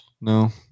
No